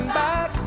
back